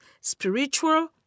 spiritual